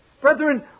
Brethren